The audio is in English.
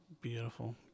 beautiful